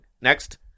Next